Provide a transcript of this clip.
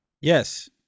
Yes